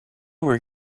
were